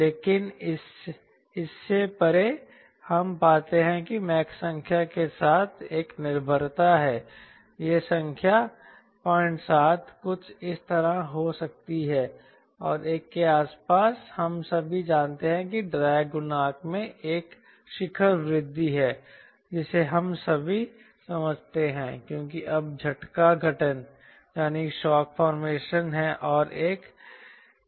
लेकिन इससे परे हम पाते हैं कि मैक संख्या के साथ एक निर्भरता है यह संख्या 07 कुछ इस तरह हो सकती है और 1 के आसपास हम सभी जानते हैं कि ड्रैग गुणांक में एक शिखर वृद्धि है जिसे हम सभी समझते हैं क्योंकि अब झटका गठन है और जो एक विघटनकारी संपत्ति है